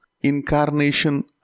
incarnation